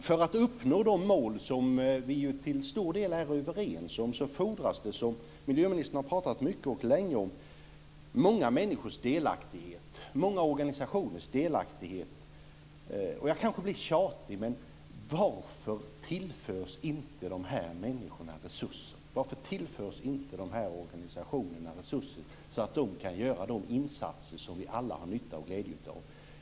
För att uppnå de mål som vi till stor del är överens om fordras det många människors och många organisationers delaktighet. Jag blir kanske tjatig, men jag undrar varför dessa människor inte tillförs resurser. Varför tillförs inte dessa organisationer resurser, så att de kan göra de insatser som vi alla har nytta och glädje av?